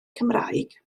cymraeg